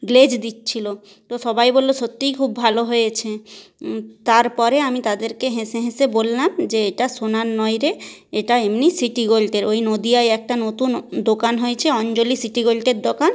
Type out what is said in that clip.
glaze দিচ্ছিলো তো সবাই বলল সত্যিই খুব ভালো হয়েছে তারপরে আমি তাদেরকে হেসে হেসে বললাম যে এটা সোনার নয় রে এটা এমনি সিটি গোল্ডের ওই নদীয়ায় একটা নতুন দোকান হয়েছে অঞ্জলি সিটি গোল্ডের দোকান